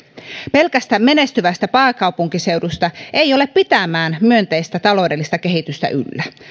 pelkästä menestyvästä pääkaupunkiseudusta ei ole pitämään myönteistä taloudellista kehitystä yllä